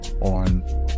on